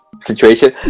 situation